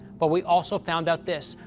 but we also found out this,